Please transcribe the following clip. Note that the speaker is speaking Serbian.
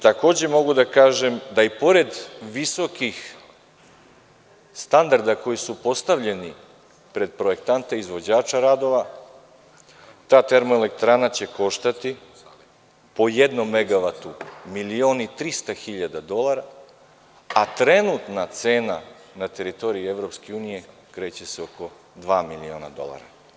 Takođe, mogu da kažem da i pored visokih standarda koji su postavljeni pred projektanta i izvođača radova, ta termoelektrana će koštati po jednom megavatu milion i 300 hiljada dolara, a trenutna cena na teritoriji EU kreće se oko dva miliona dolara.